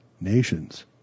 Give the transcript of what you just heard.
nations